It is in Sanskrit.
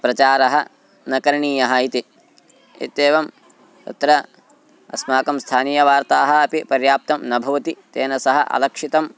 प्रचारः न करणीयः इति इत्येवं तत्र अस्माकं स्थानीयवार्ताः अपि पर्याप्ताः न भवन्ति तेन सह अलक्षितम्